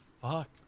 fuck